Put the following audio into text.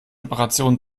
operationen